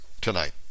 tonight